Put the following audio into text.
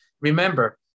Remember